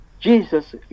Jesus